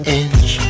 inch